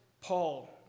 Paul